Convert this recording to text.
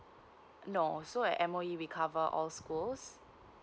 no so at M_O_E we cover all schools